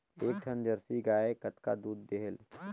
एक ठन जरसी गाय कतका दूध देहेल?